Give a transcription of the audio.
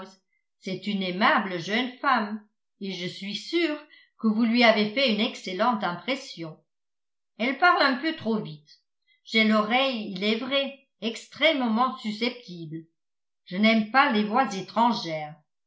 c'est une aimable jeune femme et je suis sûr que vous lui avez fait une excellente impression elle parle un peu trop vite j'ai l'oreille il est vrai extrêmement susceptible je n'aime pas les voix étrangères